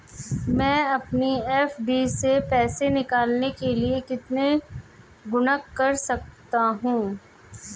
मैं अपनी एफ.डी से पैसे निकालने के लिए कितने गुणक कर सकता हूँ?